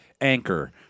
anchor